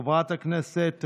חברת הכנסת רינאוי,